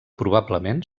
probablement